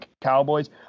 Cowboys